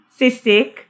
cystic